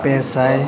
ᱯᱮ ᱥᱟᱭ